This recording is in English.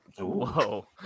Whoa